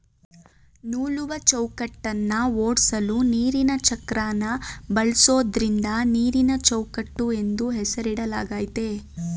ನೂಲುವಚೌಕಟ್ಟನ್ನ ಓಡ್ಸಲು ನೀರಿನಚಕ್ರನ ಬಳಸೋದ್ರಿಂದ ನೀರಿನಚೌಕಟ್ಟು ಎಂದು ಹೆಸರಿಡಲಾಗಯ್ತೆ